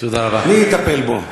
מי יטפל בו?